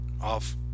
off